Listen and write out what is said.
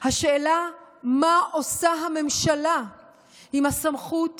השאלה היא מה עושה הממשלה עם הסמכות